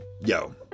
yo